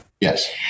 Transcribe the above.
Yes